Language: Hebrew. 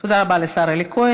תודה רבה לשר אלי כהן.